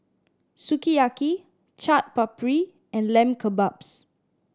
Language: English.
Sukiyaki Chaat Papri and Lamb Kebabs